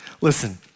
Listen